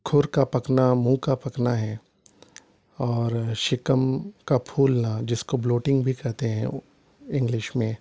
کھر کا پکنا منھ کا پکنا ہے اور شکم کا پھولنا جس کو بلوٹنگ بھی کہتے ہیں انگلش میں